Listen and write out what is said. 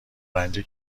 رنجه